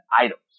items